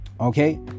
Okay